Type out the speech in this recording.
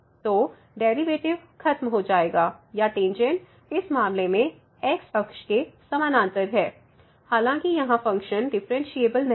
तो डेरिवेटिव खत्म हो जाएगा या टेंजेंट इस मामले में x अक्ष के समानांतर है हालांकि यहां फ़ंक्शन डिफ़्फ़रेनशियेबल नहीं था